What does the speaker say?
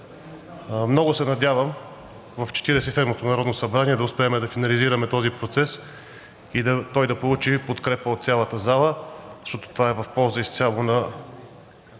и седмото народно събрание да успеем да финализираме този процес и той да получи подкрепа от цялата зала, защото това е в полза изцяло на